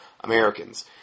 Americans